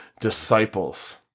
disciples